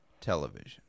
television